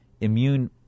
immune